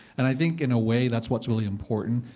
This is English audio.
and i think, in a way, that's what's really important,